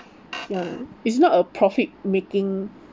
ya it's not a profit making